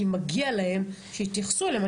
כי מגיע להם שיתייחסו אליהם,